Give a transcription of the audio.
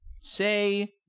say